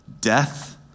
death